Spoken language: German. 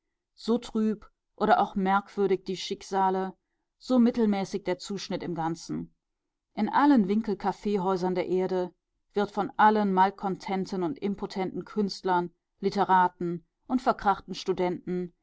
so trüb oder auch merkwürdig die schicksale so mittelmäßig der zuschnitt im ganzen in allen winkelkaffeehäusern der erde wird von allen malkontenten und impotenten künstlern literaten und verkrachten studenten